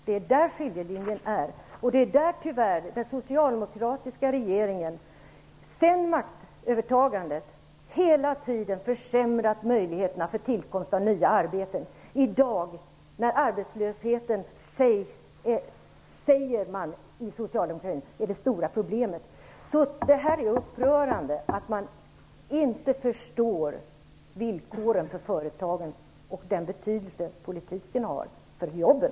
Det är där den socialdemokratiska regeringen hela tiden sedan maktövertagandet försämrat möjligheterna för tillkomst av nya arbeten, trots att socialdemokraterna säger att det stora problemet i dag är arbetslösheten. Det är upprörande att man inte förstår villkoren för företagen och vilken betydelse politiken har för jobben.